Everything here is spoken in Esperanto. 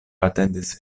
atendis